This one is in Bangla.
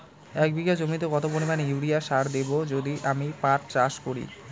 এক বিঘা জমিতে কত পরিমান ইউরিয়া সার দেব যদি আমি পাট চাষ করি?